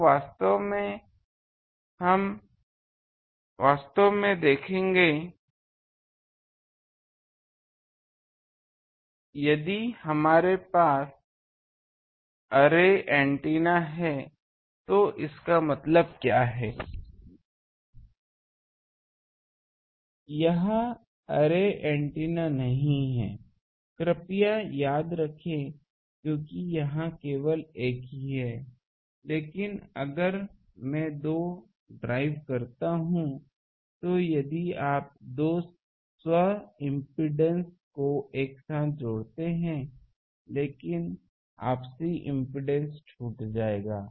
तो वास्तव में देखेंगे कि यदि आपके पास अर्रे एंटीना है तो इसका मतलब क्या है यह ऐरे एंटीना नहीं है कृपया याद रखें क्योंकि यहां केवल एक ही है लेकिन अगर मैं दो ड्राइवकरता हूं तो यदि आप दो स्व इम्पीडेन्स को एक साथ जोड़ते हैं लेकिन आपसी इम्पीडेन्स छूट जाएगा